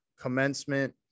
commencement